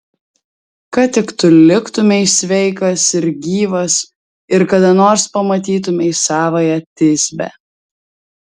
kad tik tu liktumei sveikas ir gyvas ir kada nors pamatytumei savąją tisbę